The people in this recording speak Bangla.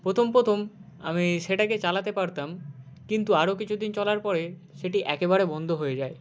প্রথম প্রথম আমি সেটাকে চালাতে পারতাম কিন্তু আরও কিছু দিন চলার পরে সেটি একেবারে বন্ধ হয়ে যায়